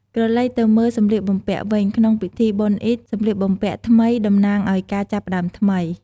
ក្រឡេកទៅមើលសម្លៀកបំពាក់វិញ ក្នុងពិធីបុណ្យអ៊ីឌ សម្លៀកបំពាក់ថ្មីតំណាងឱ្យការចាប់ផ្ដើមថ្មី។